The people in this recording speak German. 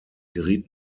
geriet